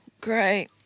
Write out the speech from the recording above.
Great